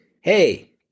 hey